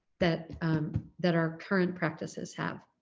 that that our current practices have.